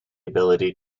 ability